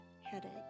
headache